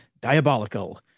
Diabolical